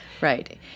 right